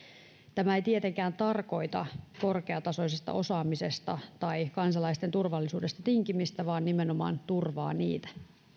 tämä ei tietenkään tarkoita korkeatasoisesta osaamisesta tai kansalaisten turvallisuudesta tinkimistä vaan nimenomaan turvaa niitä